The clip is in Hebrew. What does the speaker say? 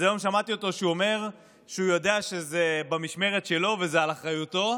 אז היום שמעתי אותו אומר שהוא יודע שזה במשמרת שלו וזה על אחריותו.